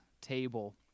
table